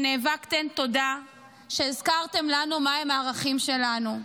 שנאבקתם: תודה שהזכרתם לנו מהם הערכים שלנו.